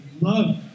love